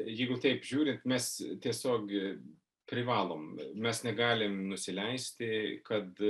jeigu taip žiūrint mes tiesiog privalom mes negalim nusileisti kad